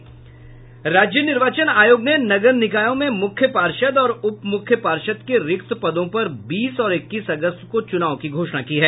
राज्य निर्वाचन आयोग ने नगर निकायों में मुख्य पार्षद और उप मुख्य पार्षद के रिक्त पदों पर बीस और इक्कीस अगस्त को चूनाव की घोषणा की है